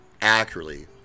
accurately